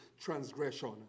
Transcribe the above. transgression